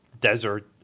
desert